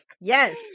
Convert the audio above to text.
Yes